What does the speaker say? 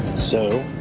so.